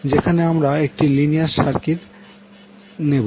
যেখানে আমাদের একটি লিনিয়ার সার্কিট থাকবে